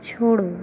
छोड़ो